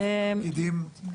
איזה תאגידים?